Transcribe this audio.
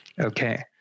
okay